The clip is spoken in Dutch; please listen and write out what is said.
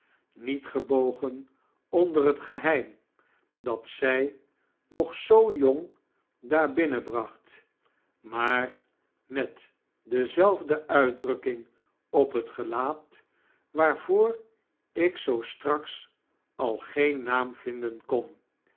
niet gebogen onder het geheim dat zij nog zoo jong daar binnenbracht maar met dezelfde uitdrukking op het gelaat waarvoor ik zoo straks al geen naam vinden bon